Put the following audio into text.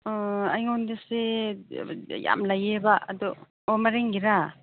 ꯑꯩꯉꯣꯟꯗꯁꯤ ꯌꯥꯝ ꯂꯩꯌꯦꯕ ꯑꯗꯨ ꯑꯣ ꯃꯔꯤꯡꯒꯤꯔꯥ